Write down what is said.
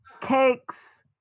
cakes